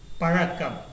parakam